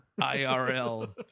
IRL